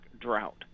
drought